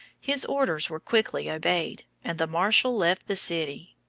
his orders were quickly obeyed, and the marshal left the city